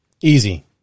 easy